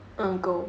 ah go